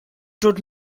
dod